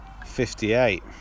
58